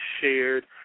shared